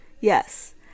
Yes